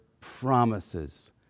promises